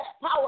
power